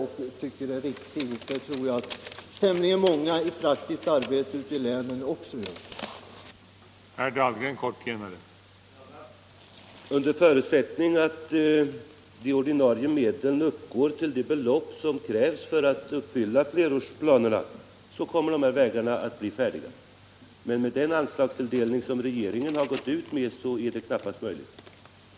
Jag tror att också tämligen många i praktiskt arbete ute i länen tycker att den är riktig.